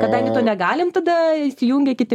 kadangi to negalim tada įsijungia kiti